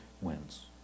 wins